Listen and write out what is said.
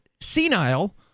senile